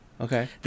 Okay